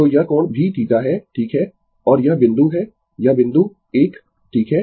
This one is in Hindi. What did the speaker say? तो यह कोण भी θ है ठीक है और यह बिंदु है यह बिंदु एक ठीक है